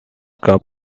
cup